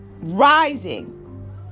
rising